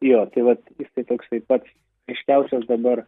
jo tai vat jisai toksai pats ryškiausias dabar